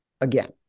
again